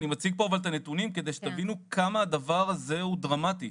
אני מציג פה אבל את הנתונים כדי שתבינו כמה הדבר הזה הוא דרמטי.